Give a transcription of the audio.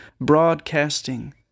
Broadcasting